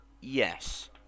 Yes